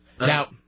Now